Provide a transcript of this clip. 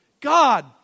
God